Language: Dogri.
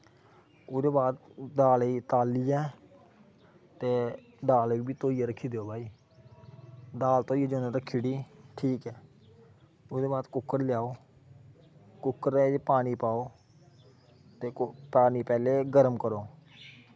ओह्दे बाद दाली गी तालियै ते दाल गी धोइयै रक्खी देऐ कोई दाल धोइऐ रक्खी ओड़ी ठीक ऐ ओह्दै बा द कुक्कर लेओ ते कुक्कर च पानी पाओ ते पानी गर्म करो